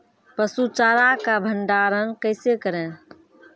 पसु चारा का भंडारण कैसे करें?